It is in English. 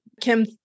Kim